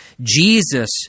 Jesus